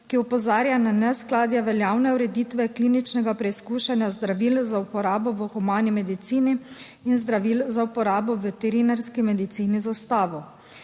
ki opozarja na neskladje. Veljavne ureditve kliničnega preizkušanja zdravil za uporabo v humani medicini in zdravil za uporabo v veterinarski medicini z Ustavo.